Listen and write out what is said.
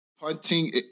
punting